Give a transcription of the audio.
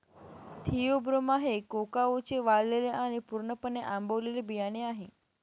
Theobroma हे कोकाओचे वाळलेले आणि पूर्णपणे आंबवलेले बियाणे आहे